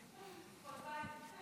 אבל רק מילה וחצי.